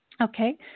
Okay